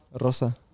Rosa